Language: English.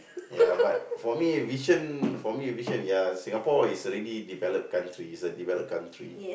ya but for me vision for me vision ya Singapore is already developed country it's a developed country